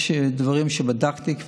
יש דברים שכבר בדקתי,